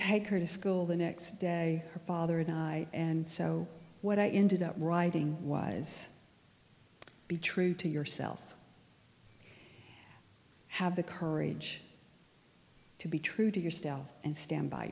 take her to school the next day her father died and so what i ended up writing was be true to yourself have the courage to be true to yourself and stand by